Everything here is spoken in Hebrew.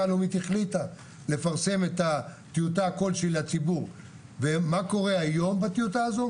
הלאומית החליטה לפרסם את הטיוטה לציבור ומה קורה היום בטיוטה הזו.